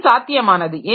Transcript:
இது சாத்தியமானது